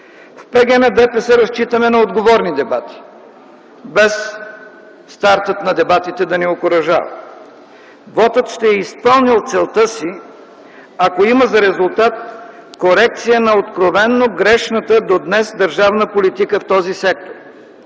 В ПГ на ДПС разчитаме на отговорни дебати, без стартът на дебатите да ни окуражава. Вотът ще е изпълнил целта си, ако има за резултат корекция на откровено грешната до днес държавна политика в този сектор.